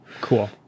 Cool